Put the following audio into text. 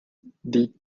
did